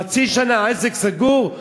חצי שנה העסק סגור,